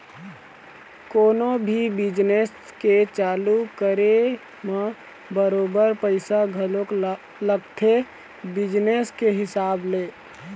कोनो भी बिजनेस के चालू करे म बरोबर पइसा घलोक लगथे बिजनेस के हिसाब ले